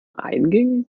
einging